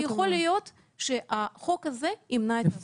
ולכן יכול להיות שהחוק הזה ימנע את האסון הבא.